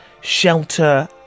shelter